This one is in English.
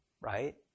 Right